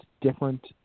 different